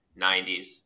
90s